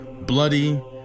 bloody